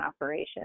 operation